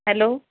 hello